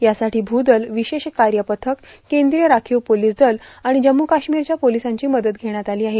यासाठी भूदल विशेष कार्य पथक केंद्रीय राखीव पोलीस दल आणि जम्मू काश्मीरच्या पोलिसांची मदत घेण्यात आली आहे